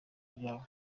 ibyabo